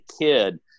kid